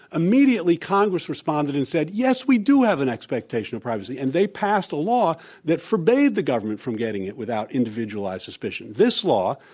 immediately congress responded and said, yes, we do have an expectation of privacy. and they passed a law that forbade the government from getting it without individualized suspicion. this law,